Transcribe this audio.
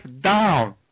down